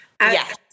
Yes